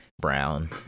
brown